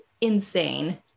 insane